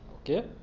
Okay